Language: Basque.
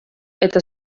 eta